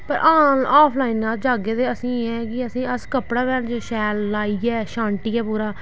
पर आफलाइन ना जाह्गे तें असेंगी एह् ऐ अस कपड़ा शैल लाइयै शैल छांटियै पूरा